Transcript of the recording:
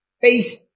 faith